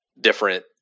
different